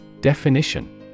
Definition